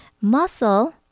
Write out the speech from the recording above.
Muscle